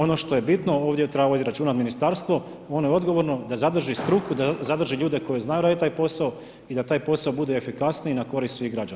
Ono što je bitno ovdje treba vodit računa ministarstvo, ono je odgovorno da zadrži struku, da zadrži ljude koji znaju radit taj posao i da taj posao bude efikasniji na korist svih građana.